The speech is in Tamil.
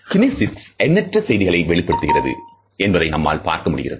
கினேசிக்ஸ் எண்ணற்ற செய்திகளை வெளிப்படுத்துகிறது என்பதை நம்மால் நம்ப முடிகிறது